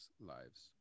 lives